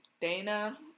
Dana